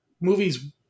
movies